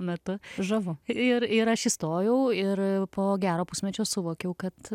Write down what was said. metu žavu ir ir aš įstojau ir po gero pusmečio suvokiau kad